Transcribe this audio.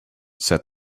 said